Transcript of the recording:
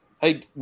Hey